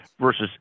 versus